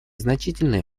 значительный